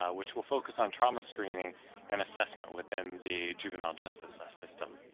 ah which will focus on trauma screening and assessment within the juvenile justice ah system.